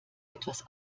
etwas